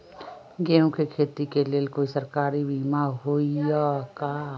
गेंहू के खेती के लेल कोइ सरकारी बीमा होईअ का?